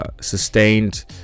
sustained